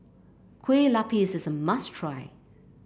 Kue Lupis is a must try